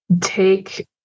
take